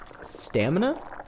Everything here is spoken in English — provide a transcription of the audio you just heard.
Stamina